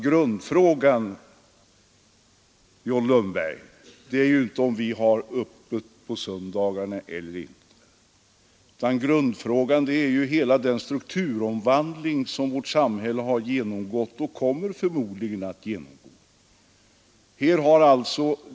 Grundfrågan, John Lundberg, är ju inte om vi har öppet på söndagar eller inte utan gäller hela den strukturomvandling som vårt samhälle genomgått och förmodligen kommer att genomgå.